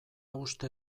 uste